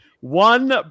one